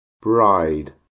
bride